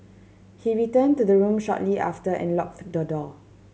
he returned to the room shortly after and locked the door